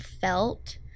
felt